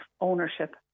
ownership